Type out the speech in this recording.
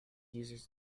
users